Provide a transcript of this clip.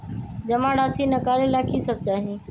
जमा राशि नकालेला कि सब चाहि?